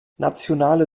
nationale